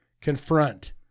confront